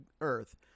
earth